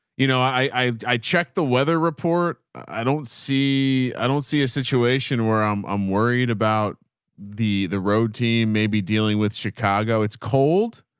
you know, i, i, i check the weather report. i don't see, i don't see a situation where i'm um worried about the, the road team may be dealing with chicago. it's cold.